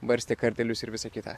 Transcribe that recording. barstė kardelius ir visa kita